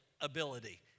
ability